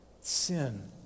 Sin